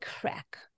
crack